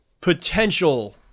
potential